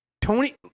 Tony